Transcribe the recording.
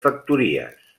factories